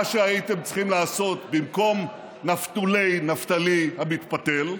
מה שהייתם צריכים לעשות במקום נפתולי נפתלי המתפתל,